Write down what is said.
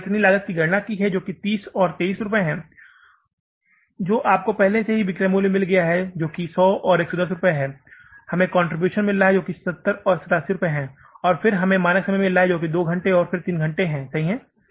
हमने परिवर्तनीय लागत की गणना की है जो 30 और 23 है जो आपको पहले से ही विक्रय मूल्य मिल गया है जो कि 100 और 110 है हमें कंट्रीब्यूशन मिला है जो 70 और 87 है और फिर हमें मानक समय मिल गया है जो कि 2 घंटे का है और फिर 3 घंटा सही